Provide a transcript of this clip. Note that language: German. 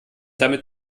damit